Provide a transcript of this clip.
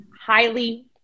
highly